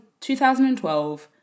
2012